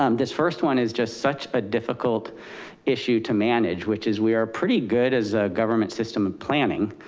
um this first one is just such a difficult issue to manage, which is we are pretty good as a government system of planning,